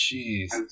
Jeez